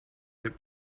that